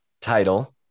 title